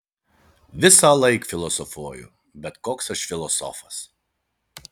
visąlaik filosofuoju bet koks aš filosofas